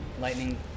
Lightning-